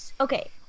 okay